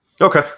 Okay